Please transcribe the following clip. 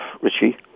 Richie